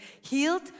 healed